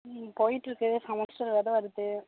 ம் போயிட்டுருக்கு செமஸ்டர் வேறு வருது